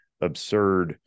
absurd